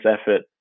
effort